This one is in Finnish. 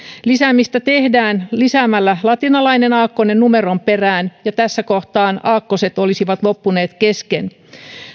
lisäämistä tehdään lisäämällä latinalainen aakkonen numeron perään ja tässä kohtaa aakkoset olisivat loppuneet kesken